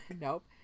nope